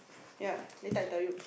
ya later I tell you